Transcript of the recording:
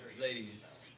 ladies